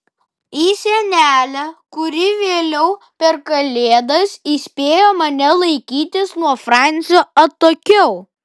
į senelę kuri vėliau per kalėdas įspėjo mane laikytis nuo francio atokiau